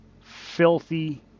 filthy